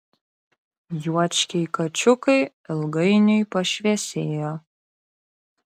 juočkiai kačiukai ilgainiui pašviesėjo